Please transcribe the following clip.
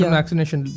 vaccination